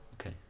Okay